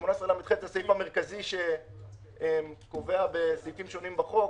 המרכזי שקובע בסעיפים שונים בחוק,